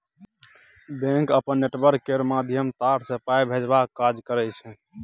bank अपन network केर माध्यमे तार सँ पाइ भेजबाक काज करय छै